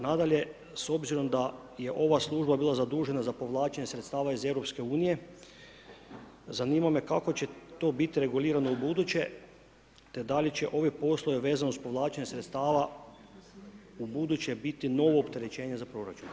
Nadalje s obzirom da je ova služba bila zadužena za povlačenje sredstava iz Europske unije zanima me kako će to biti regulirano ubuduće te da li će ove poslove vezano uz povlačenje sredstava ubuduće biti novo opterećenje za proračun.